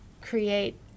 create